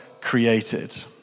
created